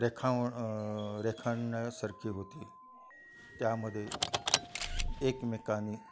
रेखावं रेखाणण्यासारखी होती त्यामध्ये एकमेकांनी